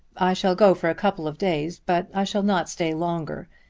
i shall go for a couple of days, but i shall not stay longer.